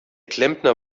klempner